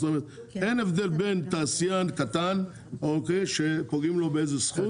זאת אומרת אין הבדל בין תעשיין קטן שפוגעים לו באיזו זכות,